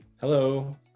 Hello